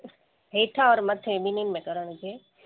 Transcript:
हेठां ओर मथे ॿिन्हिनि में कराइणो मूंखे